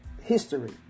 history